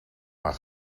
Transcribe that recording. maar